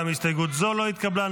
גם הסתייגות זו לא התקבלה.